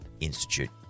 Institute